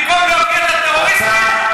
במקום להוקיע את הטרוריסטים,